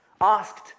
Asked